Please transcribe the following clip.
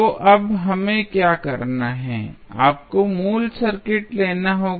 तो अब हमें क्या करना है आपको मूल सर्किट लेना होगा